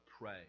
pray